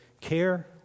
care